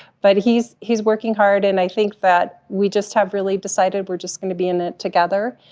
but he's he's working hard. and i think that we just have really decided we're just gonna be in it together,